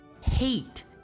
hate